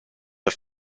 the